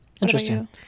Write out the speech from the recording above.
Interesting